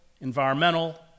environmental